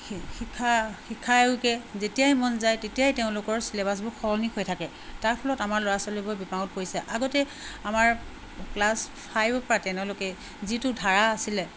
শিক্ষা শিক্ষা আয়োগে যেতিয়াই মন যায় তেতিয়াই তেওঁলোকৰ চিলেবাছবোৰ সলনি হৈ থাকে তাৰ ফলত আমাৰ ল'ৰা ছোৱালীবোৰ বিপাঙত পৰিছে আগতে আমাৰ ক্লাছ ফাইভৰপৰা টেনলৈকে যিটো ধাৰা আছিলে